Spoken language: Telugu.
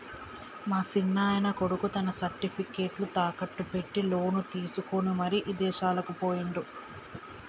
మా సిన్నాయన కొడుకు తన సర్టిఫికేట్లు తాకట్టు పెట్టి లోను తీసుకొని మరి ఇదేశాలకు పోయిండు